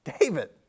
David